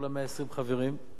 כל 120 החברים,